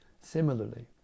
Similarly